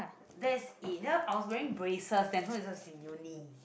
that's eh know I was wearing braces this was in uni